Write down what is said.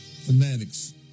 fanatics